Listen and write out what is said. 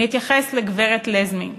אני אתייחס לגברת לזמי,